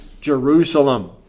Jerusalem